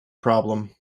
problem